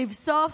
לבסוף,